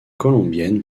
colombiennes